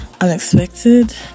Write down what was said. unexpected